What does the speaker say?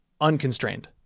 unconstrained